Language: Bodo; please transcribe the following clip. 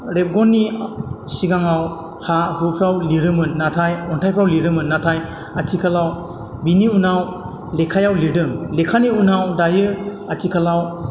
रेबगननि सिगाङाव हा हुफ्राव लिरोमोन नाथाय अन्थाइफ्राव लिरोमोन नाथाय आथिखालाव बेनि उनाव लेखायाव लिरदों लेखानि उनाव दायो आथिखालाव